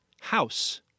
House